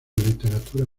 literatura